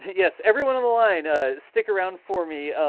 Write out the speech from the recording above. yes. everyone on the line ah stick around for me.